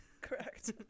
correct